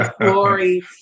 glory